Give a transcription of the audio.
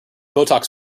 botox